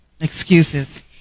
Excuses